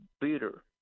bitter